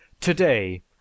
Today